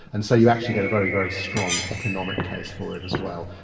and so you actually get a very, very strong economic case for it as well.